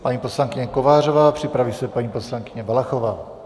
Paní poslankyně Kovářová, připraví se paní poslankyně Valachová.